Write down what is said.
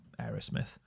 aerosmith